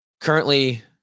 Currently